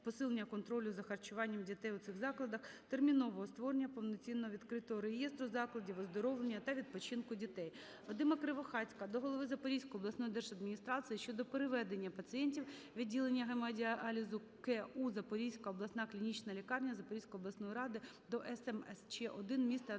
посилення контролю за харчуванням дітей у цих закладах, термінового створення повноцінного відкритого реєстру закладів оздоровлення та відпочинку дітей. Вадима Кривохатька до голови Запорізької обласної держадміністрації щодо переведення пацієнтів відділення гемодіалізу КУ "Запорізька обласна клінічна лікарня" Запорізької обласної ради до СМСЧ-1 міста Енергодар